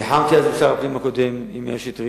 נלחמתי על זה עם שר הפנים הקודם, מאיר שטרית,